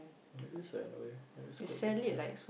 maybe like no ya ya that's quite different